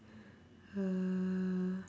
err